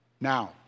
Now